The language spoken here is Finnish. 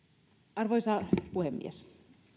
arvoisa puhemies